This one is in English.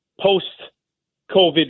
post-COVID